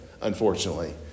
unfortunately